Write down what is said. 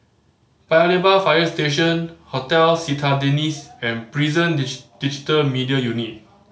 Paya Lebar Fire Station Hotel Citadines and Prison Digital Media Unit